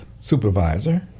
supervisor